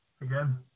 again